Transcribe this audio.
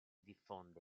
diffonde